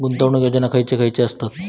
गुंतवणूक योजना खयचे खयचे आसत?